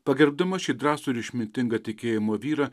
pagerbdama šį drąsų ir išmintingą tikėjimo vyrą